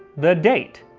the date.